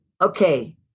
okay